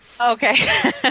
Okay